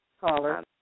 caller